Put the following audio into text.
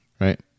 right